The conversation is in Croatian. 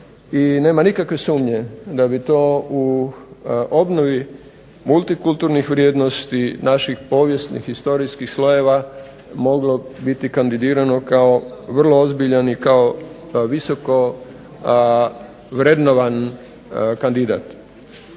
I nema nikakve sumnje da bi to u obnovi multikulturnih vrijednosti naših povijesnih, historijskih slojeva moglo biti kandidirano kao vrlo ozbiljan i kao visoko vrednovan kandidat.